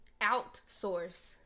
Outsource